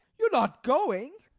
you're not going?